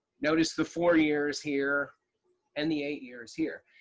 notice the four years here and the eight years here,